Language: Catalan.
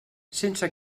sense